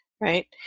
Right